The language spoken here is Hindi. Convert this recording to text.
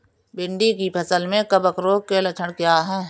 भिंडी की फसल में कवक रोग के लक्षण क्या है?